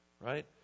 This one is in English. right